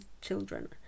children